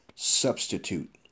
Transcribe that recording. substitute